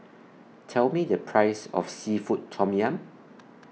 Tell Me The Price of Seafood Tom Yum